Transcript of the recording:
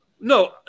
no